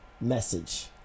message